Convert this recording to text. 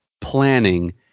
planning